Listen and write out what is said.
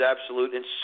absolute